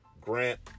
Grant